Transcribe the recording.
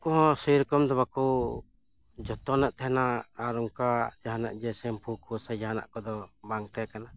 ᱩᱯ ᱠᱚᱦᱚᱸ ᱥᱮᱨᱚᱠᱚᱢ ᱫᱚ ᱵᱟᱠᱚ ᱡᱚᱛᱚᱱᱮᱫ ᱛᱟᱦᱮᱱᱟ ᱟᱨ ᱚᱝᱠᱟ ᱡᱟᱦᱟᱱᱟᱜ ᱡᱮ ᱥᱮᱢᱯᱩ ᱠᱚ ᱥᱮ ᱡᱟᱦᱟᱱᱟᱜ ᱠᱚᱫᱚ ᱵᱟᱝ ᱛᱟᱦᱮᱸ ᱠᱟᱱᱟ